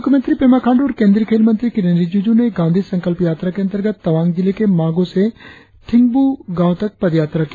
मुख्यमंत्री पेमा खांडू और केंद्रीय खेल मंत्री किरेन रिजिजू ने गांधी संकल्प यात्रा के अंतर्गत तवांग जिले के मागो से थिंगब्र गांव तक पदयात्रा की